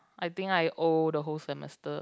I think I owe the whole semester